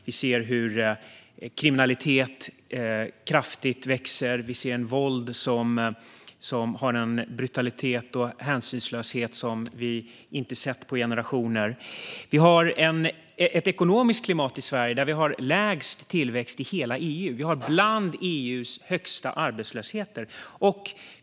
Vi ser hur kriminalitet kraftigt ökar, och vi ser våld med en brutalitet och hänsynslöshet som vi inte sett på generationer. Vi har ett ekonomiskt klimat i Sverige med lägst tillväxt i hela EU. Vår arbetslöshet är bland de högsta i EU.